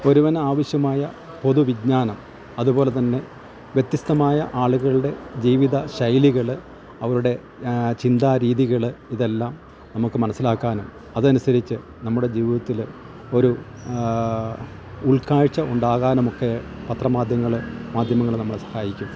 ഇപ്പോൾ ഒരുവന് ആവശ്യമായ പൊതു വിജ്ഞാനം അതുപോലെ തന്നെ വ്യത്യസ്തമായ ആളുകളുടെ ജീവിത ശൈലികള് അവരുടെ ചിന്താരീതികള് ഇതെല്ലാം നമുക്ക് മനസ്സിലാക്കാനും അതനുസരിച്ച് നമ്മുടെ ജീവിതത്തില് ഒരു ഉൾക്കാഴ്ച ഉണ്ടാകാനുമൊക്കെ പത്രമാധ്യമങ്ങള് മാധ്യമങ്ങള് നമ്മളെ സഹായിക്കും